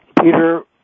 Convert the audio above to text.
Peter